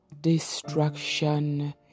destruction